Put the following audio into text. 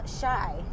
shy